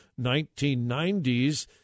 1990s